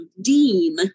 DEEM